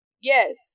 Yes